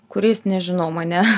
kuris nežinau mane